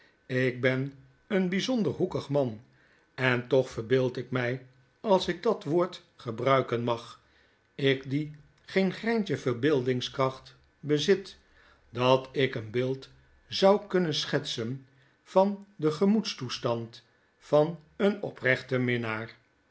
jk ben een byzonder hoekig man en toch verbeeld ik my als ik dat wo ord gebruiken mag ik die geen greintje verbeeldingskracht bezit dat ik een bejeld zou kunnen schetsen van den gemoedstoestand van een oprechten minnaar